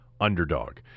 underdog